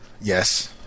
Yes